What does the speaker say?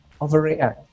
overreact